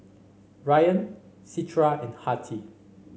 Rayyan Citra and Haryati